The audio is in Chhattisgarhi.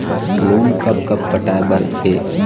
लोन कब कब पटाए बर हे?